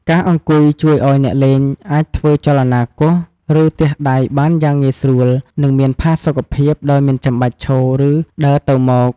ការអង្គុយជួយឱ្យអ្នកលេងអាចធ្វើចលនាគោះ ឬទះដៃបានយ៉ាងងាយស្រួល និងមានផាសុកភាព ដោយមិនចាំបាច់ឈរ ឬដើរទៅមក។